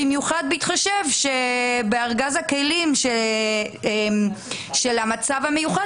במיוחד בהתחשב בכך שבארגז הכלים של המצב המיוחד